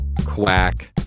quack